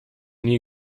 nie